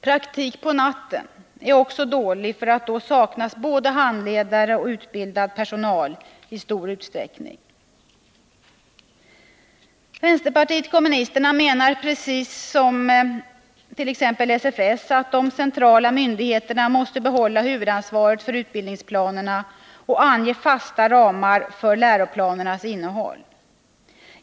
Praktik på natten är också dålig, för då saknas i stor utsträckning både handledare och utbildad personal. Vänsterpartiet kommunisterna menar precis som t.ex. Sveriges förenade studentkårer, SFS, att de centrala myndigheterna måste behålla huvudansvaret för utbildningsplanerna och ange fasta ramar för läroplanernas innehåll.